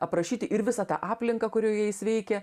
aprašyti ir visą tą aplinką kurioje jis veikia